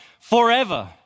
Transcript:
forever